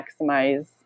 maximize